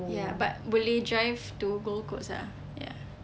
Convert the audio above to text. ya but boleh drive to gold coast ah ya